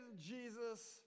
Jesus